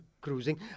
cruising